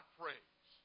praise